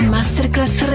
Masterclass